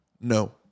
No